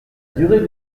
durée